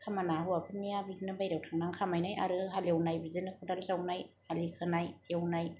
खामानिआ हौवाफोरनिया बिदिनो बायहेरायाव थांनां खामायनाय आरो हालेवनाय बिदिनो खदाल जावनाय आलि खोनाय एवनाय